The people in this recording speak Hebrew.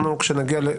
בסדר, כשנגיע לזה,